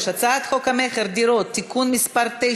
הצעת חוק לעידוד הקמת מתקנים להפקת אנרגיה מתחדשת (פטור ממס),